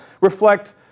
reflect